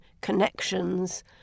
connections